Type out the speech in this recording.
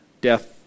death